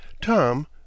tom